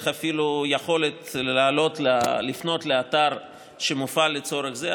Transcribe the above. אפילו דרך יכולת לפנות לאתר שמופעל לצורך זה,